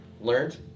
Learned